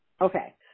Okay